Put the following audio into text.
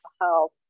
health